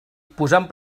posant